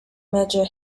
major